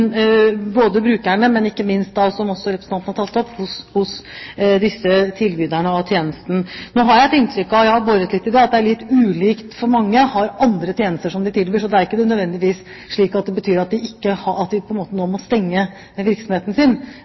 både hos brukerne og, ikke minst – som også representanten har tatt opp – hos disse tjenestetilbyderne. Jeg har inntrykk av – jeg har boret litt i det – at det er litt ulikt, for mange har andre tjenester som de tilbyr. Det er ikke nødvendigvis slik at de må stenge virksomheten sin,